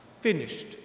finished